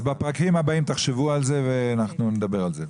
אז בפרקים הבאים תחשבו על זה ונדבר על זה.